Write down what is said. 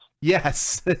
Yes